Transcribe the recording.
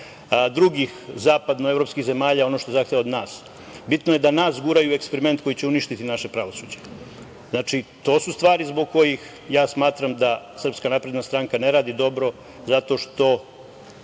drugih zapadno-evropskih zemalja, ono što zahteva od nas. Bitno je da nas guraju u eksperiment koji će uništiti naše pravosuđe. Znači, to su stvari zbog kojih ja smatram da SNS ne radi dobro zato što